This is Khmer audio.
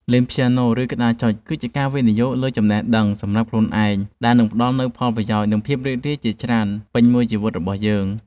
លេងព្យ៉ាណូ ឬក្តារចុចគឺជាការវិនិយោគលើចំណេះដឹងសម្រាប់ខ្លួនឯងដែលនឹងផ្ដល់នូវផលប្រយោជន៍ និងភាពរីករាយជាច្រើនពេញមួយជីវិតរបស់យើង។